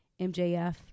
MJF